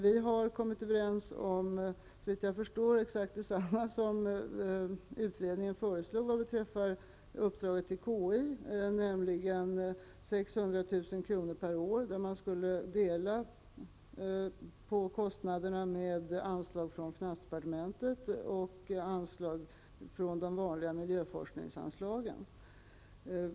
Vi har kommit överens om exakt detsamma som utredningen föreslog vad beträffar uppdraget till KI, nämligen 600 000 kr. per år; kostnaderna skulle täckas dels genom anslag från finansdepartementet, dels genom anslag från de vanliga miljöforskningsanslagen.